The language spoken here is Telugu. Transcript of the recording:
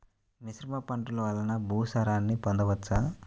మిశ్రమ పంటలు వలన భూసారాన్ని పొందవచ్చా?